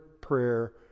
prayer